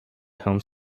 home